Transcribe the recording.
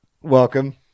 Welcome